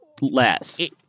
less